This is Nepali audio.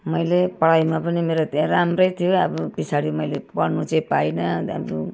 मैले पढाइमा पनि मेरो धेरै राम्रै थियो अब पछाडि मैले पढ्नु चाहिँ पाइनँ अन्त अब